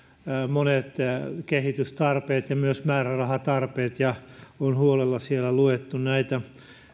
monet kehitystarpeet ja myös määrärahatarpeet ja on huolella siellä luettu näitä